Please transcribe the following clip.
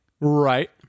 Right